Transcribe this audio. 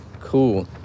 cool